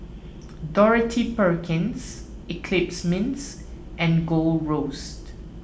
Dorothy Perkins Eclipse Mints and Gold Roast